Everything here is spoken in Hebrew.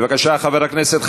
חבר הכנסת דב